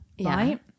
right